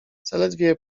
zaledwie